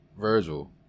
Virgil